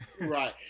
Right